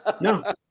no